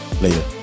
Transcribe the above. Later